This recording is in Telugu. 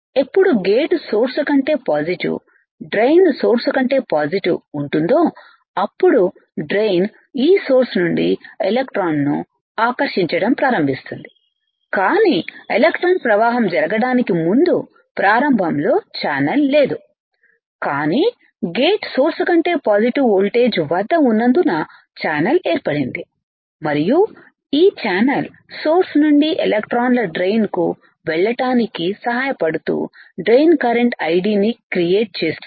ఎప్పుడు గేట్ సోర్స్ కంటే పాజిటివ్ డ్రైన్ సోర్స్ కంటే పాజిటివ్ ఉంటుందో అప్పుడు డ్రైన్ ఈ సోర్స్ నుండి ఎలక్ట్రాన్ను ఆకర్షించడం ప్రారంభిస్తుంది కానీ ఎలక్ట్రాన్ ప్రవాహం జరగడానికి ముందు ప్రారంభంలో ఛానల్ లేదు కానీ గేట్ సోర్స్ కంటే పాజిటివ్ వోల్టేజ్ వద్ద ఉన్నందునఛానెల్ ఏర్పడింది మరియు ఈ ఛానల్ సోర్స్ నుండి ఎలక్ట్రాన్ డ్రైన్ కు వెళ్ళటానికి సహాయ పడుతూ డ్రైన్ కరెంట్ ID ని క్రియేట్ చేస్తుంది